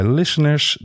listeners